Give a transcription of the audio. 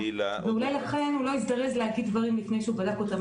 ואולי לכן הוא לא הזדרז להגיד דברים לפני שהוא בדק אותם,